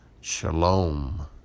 Shalom